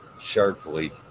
sharply